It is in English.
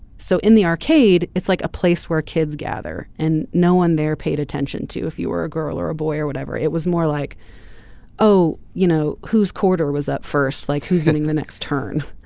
so in the arcade it's like a place where kids gather and no one they're paid attention to if you were a girl or a boy or whatever it was more like oh you know who's quarter was up first. like who's getting the next turn.